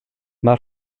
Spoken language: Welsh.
mae